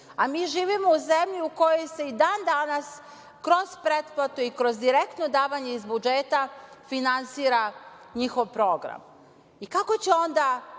a mi živimo u zemlji u kojoj se i dan danas kroz pretplatu i kroz direktno davanje iz budžeta finansira njihov program. Kako će onda